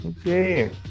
Okay